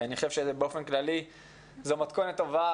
אני חושב שזו מתכונת טובה